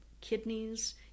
kidneys